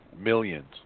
Millions